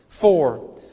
Four